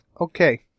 okay